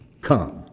come